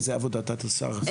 איזה עבודות את עושה?